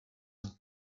ans